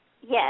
Yes